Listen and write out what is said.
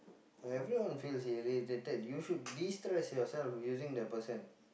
everyone feels irritated you should destress yourself using the person